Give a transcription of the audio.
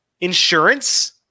insurance